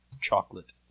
chocolate